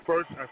First